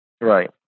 Right